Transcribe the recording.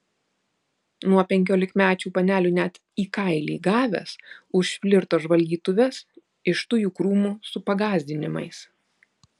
nuo penkiolikmečių panelių net į kailį gavęs už flirto žvalgytuves iš tujų krūmų su pagąsdinimais